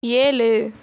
ஏழு